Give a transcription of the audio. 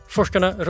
Forskarna